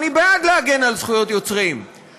אני בעד להגן על זכויות יוצרים,